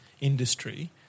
industry